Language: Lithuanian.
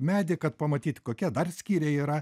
medį kad pamatyt kokie dar skyriai yra